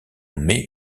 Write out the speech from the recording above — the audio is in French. mai